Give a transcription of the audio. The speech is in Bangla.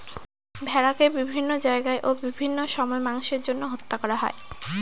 ভেড়াকে বিভিন্ন জায়গায় ও বিভিন্ন সময় মাংসের জন্য হত্যা করা হয়